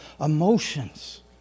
emotions